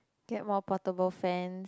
get more portable fan